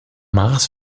mars